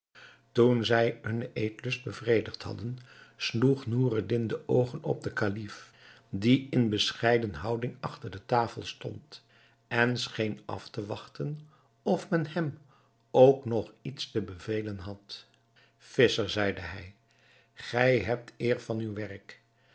toen zij hunnen eetlust bevredigd hadden sloeg noureddin de oogen op den kalif die in bescheiden houding achter tafel stond en scheen af te wachten of men hem ook nog iets te bevelen had visscher zeide hij gij hebt eer van uw werk